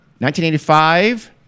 1985